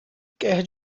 quer